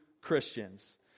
Christians